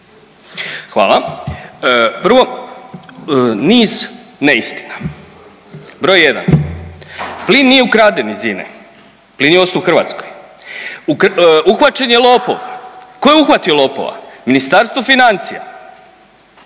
Hvala. Prvo niz neistina. Broj jedan. Plin nije ukraden iz INA-e, plin je ostao u Hrvatskoj. Uhvaćen je lopov. Tko je uhvatio lopova? Ministarstvo financija,